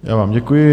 Já vám děkuji.